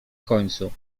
końcu